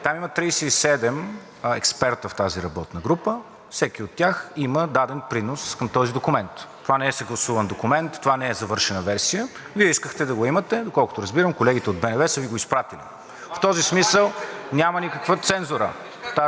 Там има 37 експерти в тази работна група. Всеки от тях има даден принос към този документ. Това не е съгласуван документ, това не е завършена версия. Вие искахте да го имате. Доколкото разбирам, колегите от БНБ са Ви го изпратили. В този смисъл няма никаква цензура.